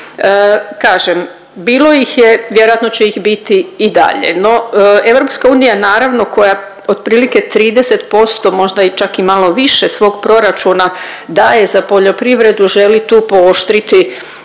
Kažem, bilo ih je, vjerojatno će ih biti i dalje, no EU naravno, koja otprilike 30% možda čak i malo više svog proračuna daje za poljoprivredu, želi tu pooštriti